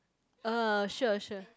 uh sure sure